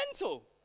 mental